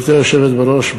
גברתי היושבת בראש,